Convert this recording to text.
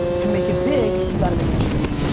to make it big you gotta make it shitty.